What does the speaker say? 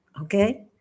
okay